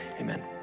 Amen